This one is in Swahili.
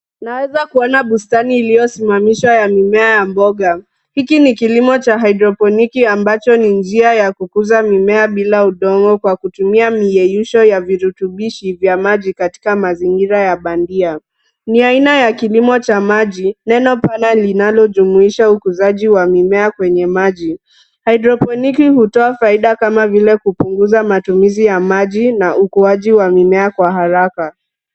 Naweza kuona bustani iliyosimamishwa ya mimea ya mboga. Hiki ni kilimo cha haidroponiki ambacho ni njia ya kukuza mimea bila udongo kwa kutumia miyeyusho ya virutubishi vya maji katika mazingira ya bandia. Ni aina ya kilimo cha maji, neno pana linalojumuisha ukuzaji wa mimea kwenye maji. Haidroponiki hutoa faida kama vile kupunguza matumizi ya maji, na ukuaji wa mimea kwa haraka.